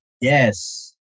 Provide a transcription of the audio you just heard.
Yes